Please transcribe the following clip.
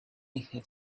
have